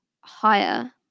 higher